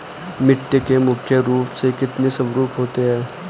मिट्टी के मुख्य रूप से कितने स्वरूप होते हैं?